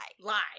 lie